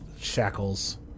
shackles